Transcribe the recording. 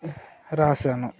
రాసాను